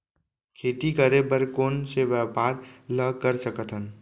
खेती करे बर कोन से व्यापार ला कर सकथन?